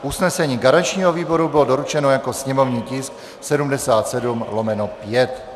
Usnesení garančního výboru bylo doručeno jako sněmovní tisk 77/5.